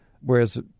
whereas